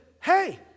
hey